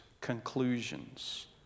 conclusions